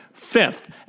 Fifth